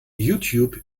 youtube